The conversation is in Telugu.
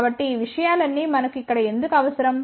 కాబట్టి ఈ విషయాలన్నీ మనకు ఇక్కడ ఎందుకు అవసరం